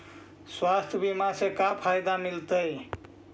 स्वास्थ्य बीमा से का फायदा मिलतै?